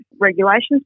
regulations